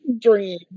dream